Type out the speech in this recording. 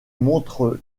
montrent